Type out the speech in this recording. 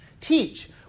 Teach